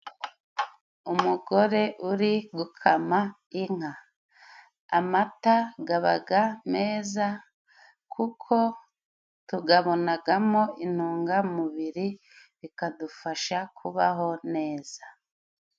Umugore uri gukama inka. Amata aba meza, kuko tuyabonamo intungamubiri, bikadufasha kubaho neza.